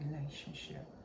relationship